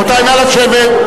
רבותי, נא לשבת.